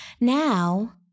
Now